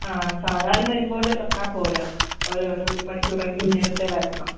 ആ സാധാരണ വരും പോലെ വന്നാൽ പോരാ ഒരു ഒരു ഒരു മണിക്കൂറെങ്കിലും നേരത്തെ വരണം